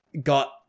got